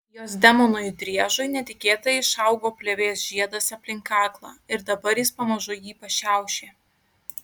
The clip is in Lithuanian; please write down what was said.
jos demonui driežui netikėtai išaugo plėvės žiedas aplink kaklą ir dabar jis pamažu jį pašiaušė